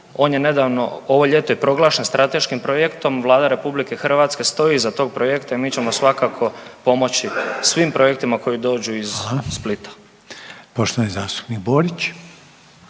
On je nedavno, ovo ljeto je proglašen strateškim projektom. Vlada RH stoji iza tog projekta i mi ćemo svakako pomoći svim projektima koji dođu iz Splita. **Reiner, Željko (HDZ)** Hvala. Poštovani zastupnik Borić.